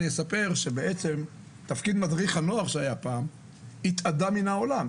אני אספר שתפקיד מדריך הנוער שהיה פעם התאדה מן העולם.